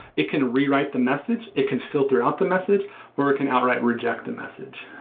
it can rewrite the message. it can filter out the message or it can outright reject the message.